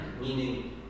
meaning